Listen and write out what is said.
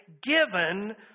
given